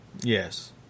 Yes